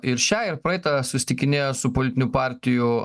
ir šią ir praeitą susitikinėjo su politinių partijų